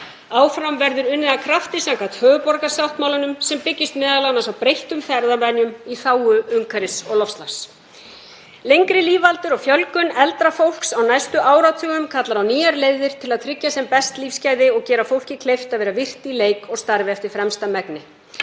Áfram verður unnið af krafti samkvæmt höfuðborgarsáttmálanum sem byggist m.a. á breyttum ferðavenjum í þágu umhverfis og loftslags. Lengri lífaldur og fjölgun eldra fólks á næstu áratugum kallar á nýjar leiðir til að tryggja sem best lífsgæði og gera fólki kleift að vera virkt í leik og starfi eftir fremsta megni.